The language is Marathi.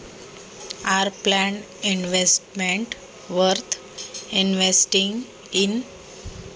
नियोजनबद्ध गुंतवणूक हे गुंतवणूक करण्यासाठी योग्य आहे का?